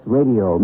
Radio